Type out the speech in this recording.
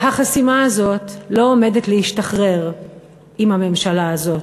החסימה הזאת לא עומדת להשתחרר עם הממשלה הזאת,